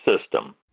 system